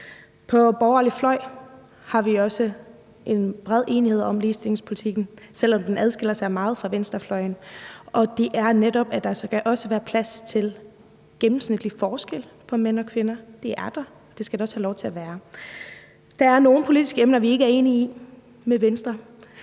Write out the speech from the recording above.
den borgerlige fløj har vi også en bred enighed om ligestillingspolitikken, selv om den adskiller sig meget fra venstrefløjens, og det er netop, at der også skal være plads til en gennemsnitlig forskel på mænd og kvinder. Det er der, og det skal der også have lov til at være. Der er nogle politiske emner, vi ikke er enige med Venstre